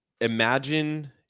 imagine